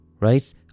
right